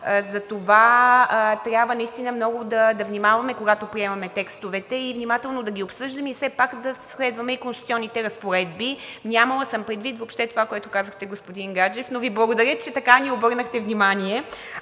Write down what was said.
Затова наистина трябва много да внимаваме, когато приемаме текстовете, внимателно да ги обсъждаме и все пак да следваме конституционните разпоредби. Нямала съм предвид въобще това, което казахте, господин Гаджев, но Ви благодаря, че ни обърнахте внимание.